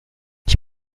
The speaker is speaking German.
ich